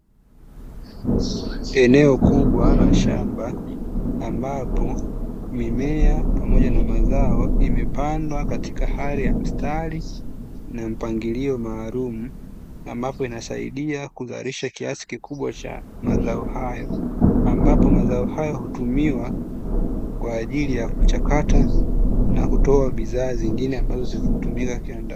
Eneo kubwa la shamba ambapo mimea pamoja na mazao imepandwa katika hali ya mistari na mpangilio maalumu, ambapo inasaidia kuzalisha kiasi kikubwa cha mazao hayo, ambapo mazao hayo hutumiwa kwa ajili ya kuchakata na kutoa bidhaa zingine ambazo zinatumika kiwandani.